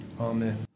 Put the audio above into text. Amen